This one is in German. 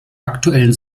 aktuellen